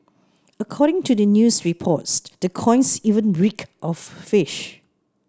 according to the news reports the coins even reeked of fish